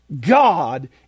God